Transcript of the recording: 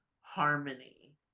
harmony